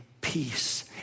peace